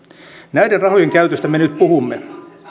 näiden rahojen käytöstä me nyt puhumme